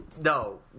no